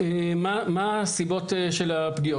מה הסיבות של הפגיעות?